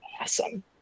awesome